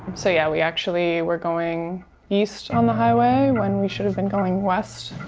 so yeah, we actually were going east on the highway when we should have been going west.